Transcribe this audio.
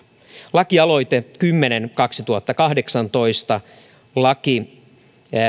lakialoite kymmenen kautta kaksituhattakahdeksantoista